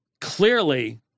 clearly